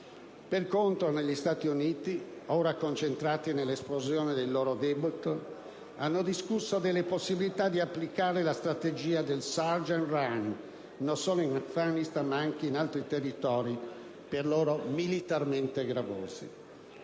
Per contro, gli Stati Uniti, ora concentrati sull'esplosione del loro debito, hanno discusso della possibilità di applicare la strategia del *surge and run,* non solo in Afghanistan ma anche in altri territori per loro militarmente gravosi.